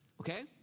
okay